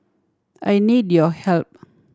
I need your help